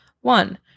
One